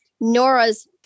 Nora's